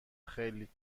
خیلی